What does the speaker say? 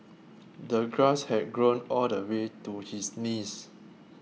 the grass had grown all the way to his knees